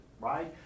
right